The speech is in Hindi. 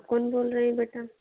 कौन बोल रही हो बेटा